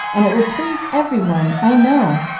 and it would please every one, i know.